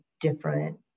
different